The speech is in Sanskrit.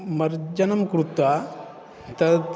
मार्जनं कृत्वा तत्